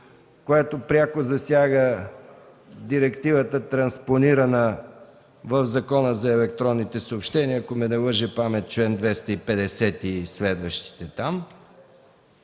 което пряко засяга Директивата, транспонирана в Закона за електронните съобщения, ако не ме лъже паметта – чл. 250 и следващите?